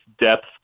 depth